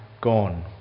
gone